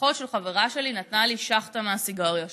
אחות של חברה שלי נתנה לי שאכטה מהסיגריה שלה.